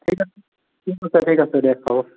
ঠিক আছে ঠিক আছে ঠিক আছে দে হ'ব